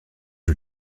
her